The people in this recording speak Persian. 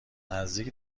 نزدیک